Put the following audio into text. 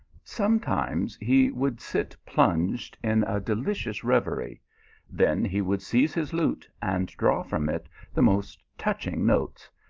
sometimes he would sit plunged in a delicious reverie then he would seize his lute and draw from it the most touching notes,